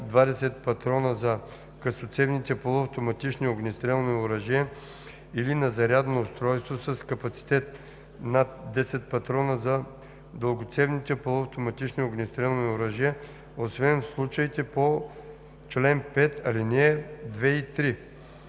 20 патрона за късоцевните полуавтоматични огнестрелни оръжия или на зарядно устройство с капацитет над 10 патрона за дългоцевните полуавтоматични огнестрелни оръжия, освен в случаите по чл. 5, ал. 2 и 3.“